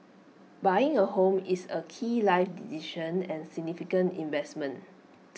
buying A home is A key life decision and significant investment